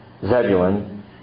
Zebulun